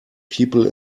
people